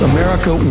America